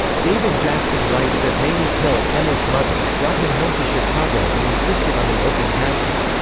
david jackson writes that mamie till, emmett's mother, brought him home to chicago and insisted on an open casket.